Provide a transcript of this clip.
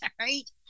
right